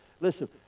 listen